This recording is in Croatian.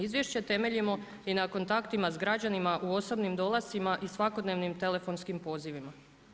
Izvješće temeljimo i na kontaktima s građanima u osobnim dolascima i svakodnevnim telefonskim pozivima.